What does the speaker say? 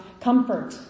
comfort